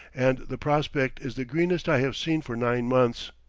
and the prospect is the greenest i have seen for nine months.